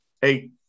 hey